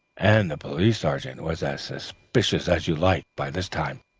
and the police sergeant was as suspicious as you like, by this time.